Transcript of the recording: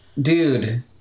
Dude